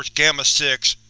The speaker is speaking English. gamma six